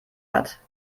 hat